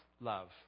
love